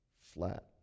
flat